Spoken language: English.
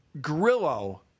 Grillo